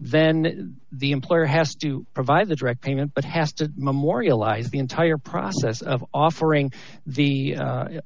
then the employer has to provide the direct payment but has to memorialize the entire process of offering the